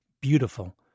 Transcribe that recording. beautiful